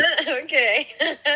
okay